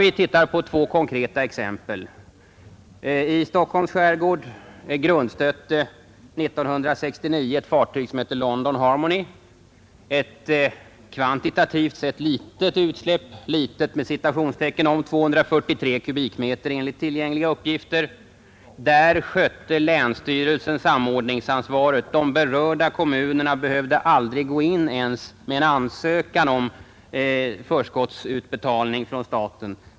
Vi kan ta två konkreta exempel. I Stockholms skärgård grundstötte 1969 ett fartyg som hette London Harmony. Det blev ett kvantitativt sett ”litet” utsläpp — 243 m? enligt tillgängliga uppgifter. Den gången skötte länsstyrelsen samordningsansvaret. De berörda kommunerna behövde aldrig ens gå in med en ansökan om förskottsutbetalning från staten.